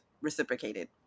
reciprocated